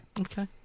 Okay